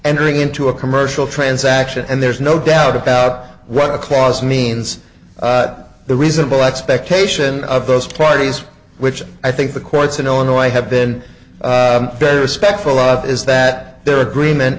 entering into a commercial transaction and there's no doubt about what the clause means the reasonable expectation of those parties which i think the courts in illinois have been better respectful of is that their agreement